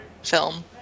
Film